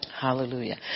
Hallelujah